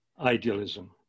idealism